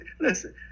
listen